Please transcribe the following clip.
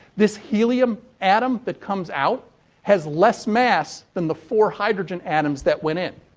this helium atom that comes out has less mass than the four hydrogen atoms that went in.